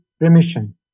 remission